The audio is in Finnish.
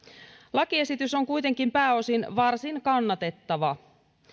lakiesitys on kuitenkin pääosin varsin kannatettava